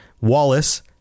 Wallace